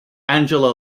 angela